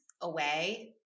away